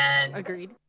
Agreed